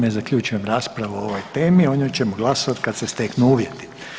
Time zaključujem raspravu o ovoj temi, o njoj ćemo glasovati kad se steknu uvjeti.